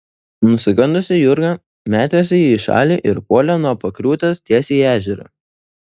nusigandusi jurga metėsi į šalį ir puolė nuo pakriūtės tiesiai į ežerą